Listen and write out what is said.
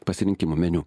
pasirinkimų meniu